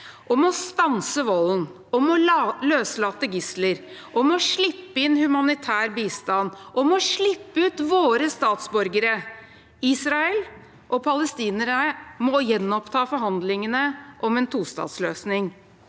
om å stanse volden, om å løslate gisler, om å slippe inn humanitær bistand, om å slippe ut våre statsborgere. Israel og palestinerne må gjenoppta forhandlingene om en tostatsløsning.